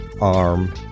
arm